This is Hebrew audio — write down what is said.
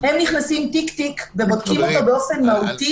-- הם נכנסים לתיק תיק ובודקים באופן מהותי